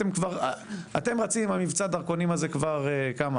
אתם כבר, אתם רצים עם מבצע הדרכונים הזה כבר כמה?